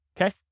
Okay